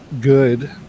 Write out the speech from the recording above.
good